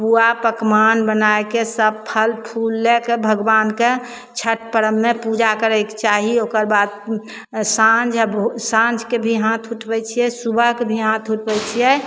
पूआ पकमान बनैके सब फलफूल लैके भगवानके छठि परबमे पूजा करैके चाही ओकरबाद साँझ भो साँझके भी हाथ उठबै छिए सुबहके भी हाथ उठबै छिए